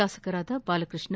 ಶಾಸಕರಾದ ಬಾಲಕೃಷ್ಣ